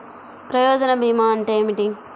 ప్రయోజన భీమా అంటే ఏమిటి?